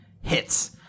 hits